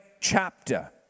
chapter